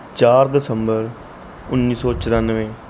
ਚਾਰ ਦਸੰਬਰ ਉੱਨੀ ਸੌ ਚੁਰਾਨਵੇਂ